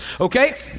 okay